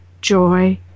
joy